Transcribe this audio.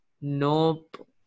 nope